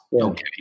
Okay